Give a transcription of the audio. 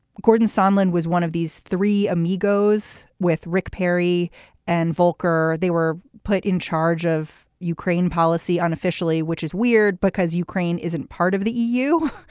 gordon sunland was one of these three amigos with rick perry and volcker. they were put in charge of ukraine policy unofficially which is weird because ukraine isn't part of the eu.